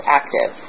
active